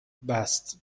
بسط